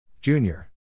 Junior